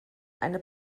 eine